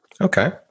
Okay